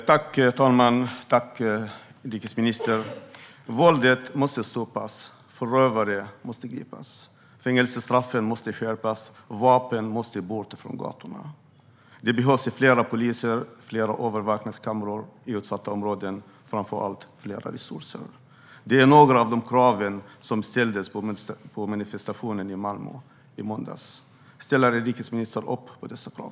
Herr talman! Jag tackar inrikesministern. Våldet måste stoppas. Förövare måste gripas. Fängelsestraffen måste skärpas. Vapen måste bort från gatorna. Det behövs fler poliser och fler övervakningskameror i utsatta områden. Framför allt behövs mer resurser. Det är några av de krav som ställdes vid manifestationen i Malmö i måndags. Ställer inrikesministern upp på dessa krav?